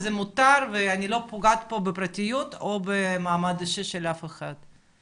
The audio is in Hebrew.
זה מותר ואני לא פוגעת פה בפרטיות או במעמד אישי של אף אחד.